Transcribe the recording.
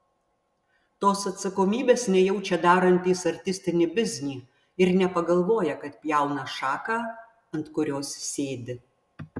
tos atsakomybės nejaučia darantys artistinį biznį ir nepagalvoja kad pjauna šaką ant kurios sėdi